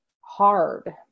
hard